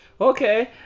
Okay